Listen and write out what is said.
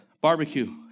barbecue